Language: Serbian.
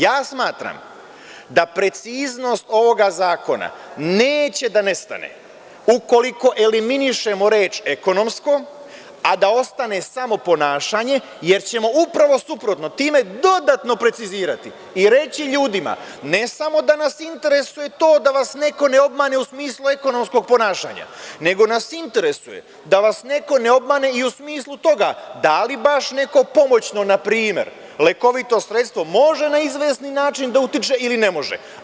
Ja smatram da preciznost ovoga zakona neće da nestane ukoliko eliminišemo reč „ekonomsko“, a da ostane samo „ponašanje“, jer ćemo upravo suprotno time dodatno precizirati i reći ljudima, ne samo da nas interesuje to da vas neko ne obmane u smislu ekonomskog ponašanja, nego nas interesuje da vas neko ne obmane i u smislu toga da li baš neko pomoćno lekovito sredstvo može na izvesni način da utiče ili ne može.